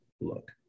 look